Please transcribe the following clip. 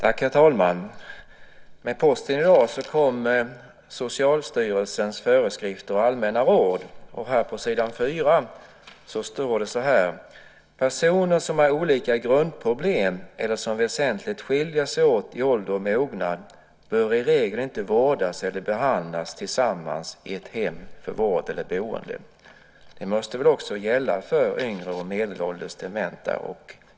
Herr talman! Med posten i dag kom Socialstyrelsens föreskrifter och allmänna råd. På s. 4 står det så här: Personer som har olika grundproblem eller som väsentligt skiljer sig åt i ålder och mognad bör i regel inte vårdas eller behandlas tillsammans i ett hem för vård eller i boende. Det måste väl också gälla för yngre och medelålders dementa?